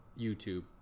YouTube